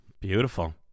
beautiful